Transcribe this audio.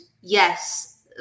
yes